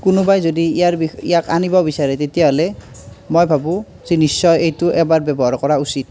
কোনোবাই যদি ইয়াৰ বিষ ইয়াক আনিব বিচাৰে তেতিয়াহ'লে মই ভাবোঁ যে নিশ্চয় এইটো এবাৰ ব্য়ৱহাৰ কৰা উচিত